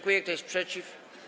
Kto jest przeciw?